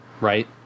right